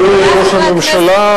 אדוני ראש הממשלה,